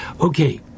Okay